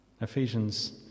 Ephesians